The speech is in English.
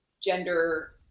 gender